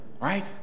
Right